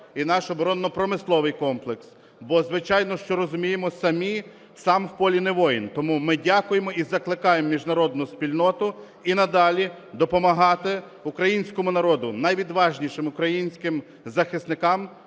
і наш оборонно-промисловий комплекс, бо, звичайно, що розуміємо самі: сам в полі не воїн. Тому ми дякуємо і закликаємо міжнародну спільноту і надалі допомагати українському народу, найвідважнішим українським захисникам